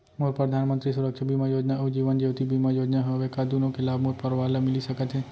मोर परधानमंतरी सुरक्षा बीमा योजना अऊ जीवन ज्योति बीमा योजना हवे, का दूनो के लाभ मोर परवार ल मिलिस सकत हे?